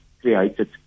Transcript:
created